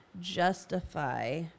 justify